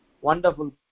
wonderful